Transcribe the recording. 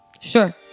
Sure